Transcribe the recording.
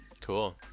Cool